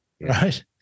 right